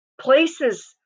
Places